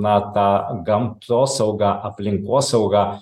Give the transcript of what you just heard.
na tą gamtosaugą aplinkosaugą